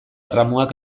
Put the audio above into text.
erramuak